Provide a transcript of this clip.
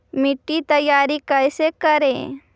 मिट्टी तैयारी कैसे करें?